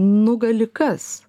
nugali kas